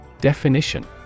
Definition